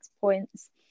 points